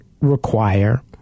require